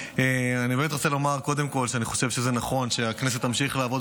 אני באמת רוצה לומר קודם כול שאני חושב שזה נכון שהכנסת תמשיך לעבוד,